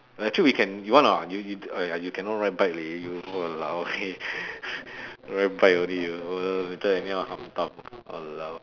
actually we can you want or not you you !aiya! you cannot ride bike leh you !walao! eh ride bike only you also later anyhow hantam !walao!